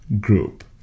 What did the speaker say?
group